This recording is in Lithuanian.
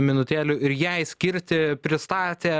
minutėlių ir jai skirti pristatė